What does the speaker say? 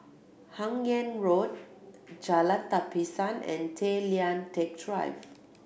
Hun Yeang Road Jalan Tapisan and Tay Lian Teck Drive